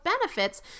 benefits